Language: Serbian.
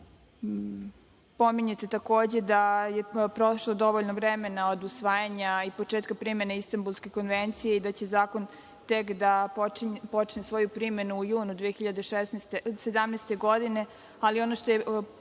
Pominjete, takođe, da je prošlo dovoljno vremena od usvajanja i početka primene Istambulske konvencije i da će zakon tek da počne svoju primenu u junu 2017. godine, ali ono što je